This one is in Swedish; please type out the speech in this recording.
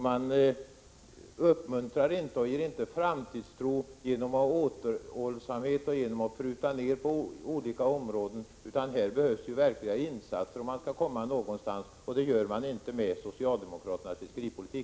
Man uppmuntrar inte till framtidstro genom återhållsamhet och genom att pruta ned på olika områden. Här behövs verkliga insatser, om man skall komma någonstans. Det gör man inte med socialdemokraternas fiskeripolitik.